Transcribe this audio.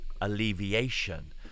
alleviation